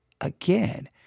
Again